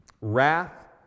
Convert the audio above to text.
wrath